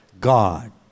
God